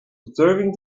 observing